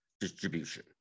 distribution